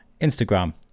Instagram